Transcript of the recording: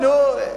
אתה צודק,